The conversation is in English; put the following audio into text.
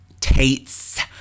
Tate's